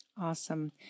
Awesome